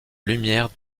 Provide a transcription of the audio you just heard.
lumière